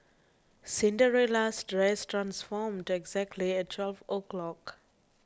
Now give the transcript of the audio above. Cinderella's dress transformed exactly at twelve o' clock